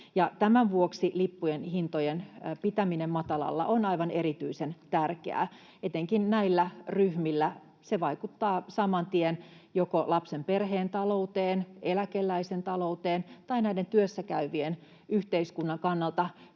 tämän vuoksi lippujen hintojen pitäminen matalalla on aivan erityisen tärkeää. Etenkin näillä ryhmillä se vaikuttaa saman tien joko lapsen perheen ta- louteen, eläkeläisen talouteen tai näiden työssäkäyvien, yhteiskunnan kannalta